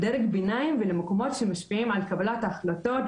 לדרג ביניים ולמקומות שמשפיעים על קבלת ההחלטות,